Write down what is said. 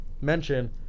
mention